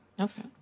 Okay